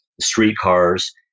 streetcars